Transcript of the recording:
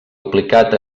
aplicat